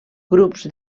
grups